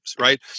right